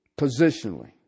Positionally